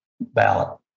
ballot